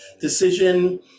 decision